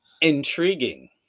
Intriguing